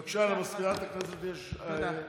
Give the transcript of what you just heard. בבקשה, לסגנית מזכיר הכנסת יש הודעה.